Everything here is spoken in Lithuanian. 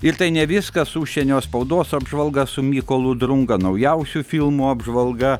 ir tai ne viskas užsienio spaudos apžvalga su mykolu drunga naujausių filmų apžvalga